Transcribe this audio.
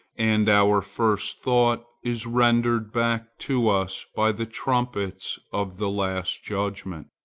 and our first thought is rendered back to us by the trumpets of the last judgment.